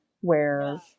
where-